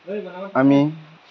আমি